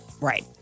right